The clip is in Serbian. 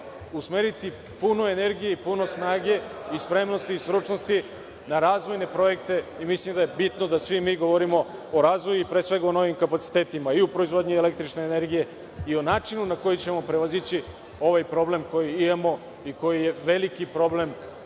usmeriti puno energije i puno snage i spremnosti i stručnosti na razvojne projekte. Mislim da je bitno da svi mi govorimo o razvoju i pre svega o novim kapacitetima i u proizvodnji električne energije i o načinu na koji ćemo prevazići ovaj problem koji imamo i koji je veliki problem,